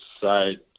side